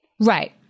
Right